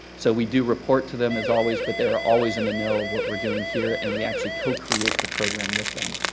so we do report to them as always, but they are always in the know of what we're doing here, and we actually co-create the program with them.